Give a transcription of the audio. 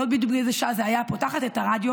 לא יודעת בדיוק באיזו שעה זה היה, פותחת את הרדיו